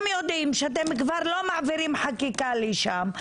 יודעים שאתם כבר לא מעבירים חקיקה לשם,